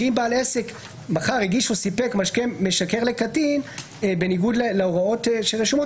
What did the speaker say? שאם בעל עסק מכר או סיפק משקה משכר לקטין בניגוד להוראות שרשומות,